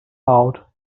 out